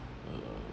uh